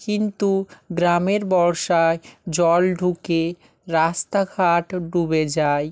কিন্তু গ্রামের বর্ষার জল ঢুকে রাস্তাঘাট ডুবে যায়